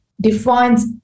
defines